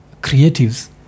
creatives